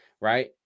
right